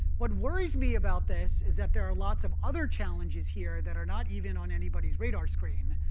what worries me about this is that there are lots of other challenges here that are not even on anybody's radar screen,